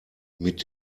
mit